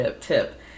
tip